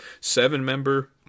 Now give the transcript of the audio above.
seven-member